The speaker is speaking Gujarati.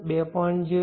0 2